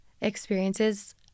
experiences